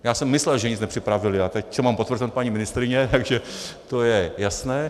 Já jsem myslel, že nic nepřipravili, a teď to mám potvrzeno od paní ministryně, takže to je jasné.